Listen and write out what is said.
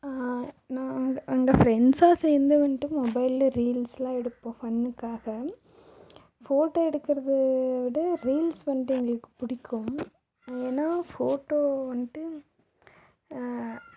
நான் அங்கே அங்கே ஃப்ரெண்ட்ஸாக சேர்ந்து வந்துட்டு மொபைலில் ரீல்ஸ்லாம் எடுப்போம் ஃபன்னுக்காக ஃபோட்டோ எடுக்கிறது விட ரீல்ஸ் வந்துட்டு எங்களுக்கு பிடிக்கும் ஏன்னா ஃபோட்டோ வந்துட்டு